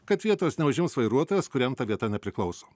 kad vietos neužims vairuotojas kuriam ta vieta nepriklauso